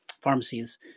pharmacies